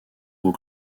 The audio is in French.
gros